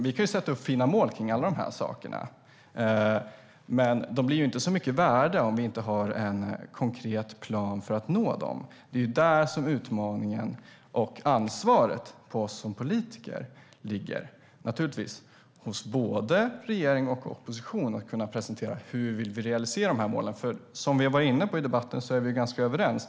Vi kan sätta upp fina mål för alla dessa saker, men de blir inte så mycket värda om vi inte har en konkret plan för att nå dem. Det är där som utmaningen och ansvaret ligger på oss som politiker - både regeringen och oppositionen - när det gäller att presentera hur vi vill realisera målen. Som vi var inne på i debatten är vi ganska överens.